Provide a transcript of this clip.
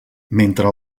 mentre